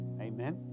Amen